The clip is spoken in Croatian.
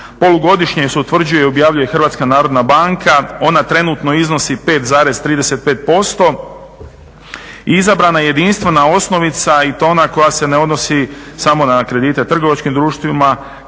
Polugodišnje se utvrđuje i objavljuje HNB. Ona trenutno iznosi 5,35% i izabrana je jedinstvena osnovica i to ona koja se ne odnosi samo na kredite trgovačkim društvima,